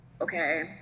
okay